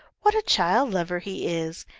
what a child-lover he is,